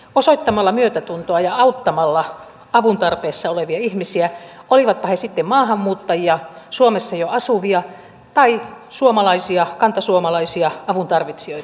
osoittamalla myötätuntoa ja auttamalla avun tarpeessa olevia ihmisiä olivatpa he sitten maahanmuuttajia suomessa jo asuvia tai kantasuomalaisia avuntarvitsijoita